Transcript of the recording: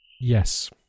yes